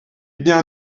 bien